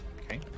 Okay